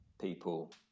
people